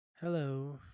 hello